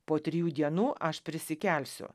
po trijų dienų aš prisikelsiu